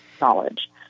knowledge